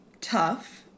tough